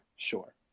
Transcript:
Sure